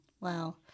wow